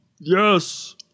yes